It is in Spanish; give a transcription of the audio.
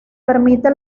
permite